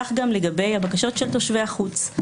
כך גם לגבי הבקשות של תושבי החוץ.